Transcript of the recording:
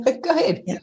Good